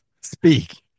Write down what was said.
speak